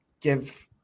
give